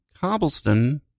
Cobblestone